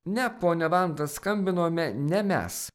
ne ponia vanda skambinome ne mes